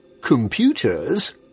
computers